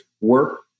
work